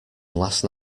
last